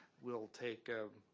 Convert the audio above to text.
we'll take